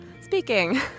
Speaking